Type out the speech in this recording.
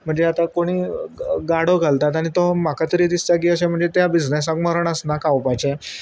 म्हणजे आतां कोणीय गाडो घालतात आनी तो म्हाका तरी दिसता की अशें म्हणजे त्या बिजनसाक मरण आसना खावपाचें